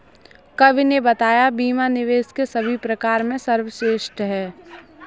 कवि ने बताया बीमा निवेश के सभी प्रकार में सर्वश्रेष्ठ है